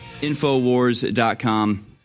Infowars.com